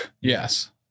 Yes